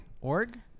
Org